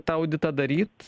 tą auditą daryt